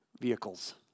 vehicles